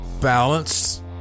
balanced